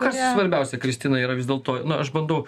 kas svarbiausia kristina yra vis dėlto na aš bandau